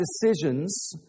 decisions